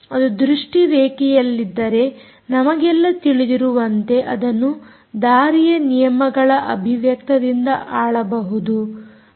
ಅದು ದೃಷ್ಟಿ ರೇಖೆಯಲ್ಲಿದ್ದರೆ ನಮಗೆಲ್ಲ ತಿಳಿದಿರುವಂತೆ ಅದನ್ನು ದಾರಿಯ ನಿಯಮಗಳ ಅಭಿವ್ಯಕ್ತದಿಂದ ಆಳಬಹುದು